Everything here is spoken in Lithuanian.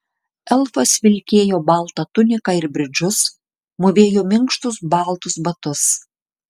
elfas vilkėjo baltą tuniką ir bridžus mūvėjo minkštus baltus batus